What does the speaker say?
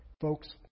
Folks